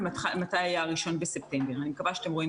אנחנו לגמרי יכולים להגיד לגבי מגזרים שונים ואני יכולה לשלוח